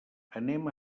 anem